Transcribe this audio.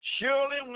Surely